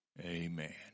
amen